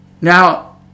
Now